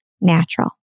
natural